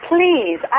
Please